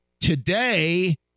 Today